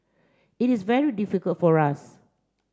it is very difficult for us